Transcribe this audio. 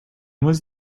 was